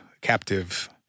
captive